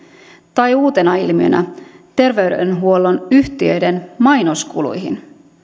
tai uutena ilmiönä terveydenhuollon yhtiöiden mainoskuluihin